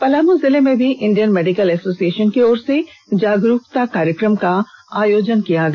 पलामू जिले में भी इंडियन मेडिकल एसोसिएषन की ओर से जागरूकता कार्यक्रम का आयोजन किया गया